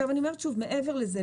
מעבר לזה,